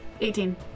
Eighteen